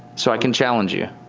so i can challenge you?